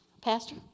pastor